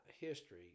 history